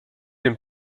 dem